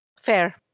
Fair